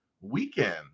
weekend